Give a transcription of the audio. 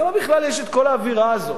למה בכלל יש כל האווירה הזאת,